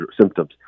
symptoms